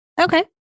Okay